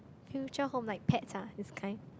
future home like pets ah this kind